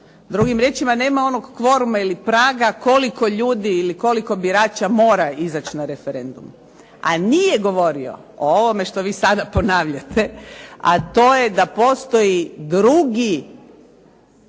Drugim riječima nema onog kvoruma ili praga koliko ljudi ili koliko birača mora izaći na referendum, a nije govorio o ovome što vi sada ponavljate, a to je da postoji drugo